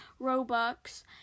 Robux